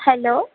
hello